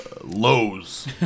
Lowe's